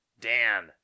Dan